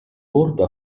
bordo